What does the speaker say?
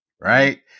Right